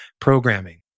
programming